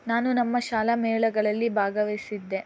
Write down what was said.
ನಾನು ನಮ್ಮ ಶಾಲಾ ಮೇಳಗಳಲ್ಲಿ ಭಾಗವಹಿಸಿದ್ದೆ